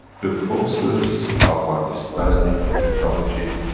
the process of understanding the technology,